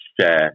share